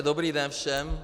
Dobrý den všem.